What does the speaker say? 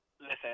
Listen